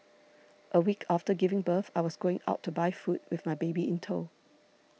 a week after giving birth I was going out to buy food with my baby in tow